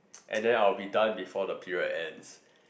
and then I will be done before the period ends